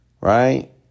right